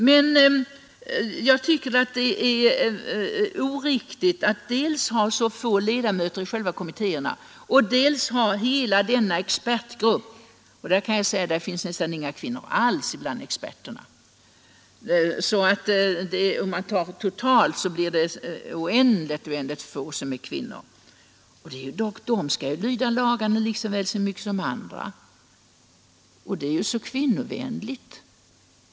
Men jag tycker att det är oriktigt dels att ha så få ledamöter i själva kommittéerna, dels att ha hela denna expertgrupp. Bland experterna finns nästan inga kvinnor alls — totalt är det alltså oändligt få kvinnor i kommittéerna, och de skall ju ändå lyda lagarna lika väl som andra. Allt är så kvinnovänligt nu!